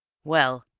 well,